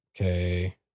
Okay